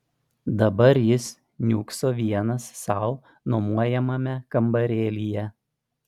dabar jis niūkso vienas sau nuomojamame kambarėlyje